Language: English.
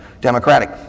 Democratic